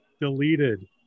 deleted